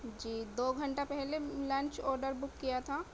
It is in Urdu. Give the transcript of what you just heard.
جی دو گھنٹہ پہلے لنچ آڈر بک کیا تھا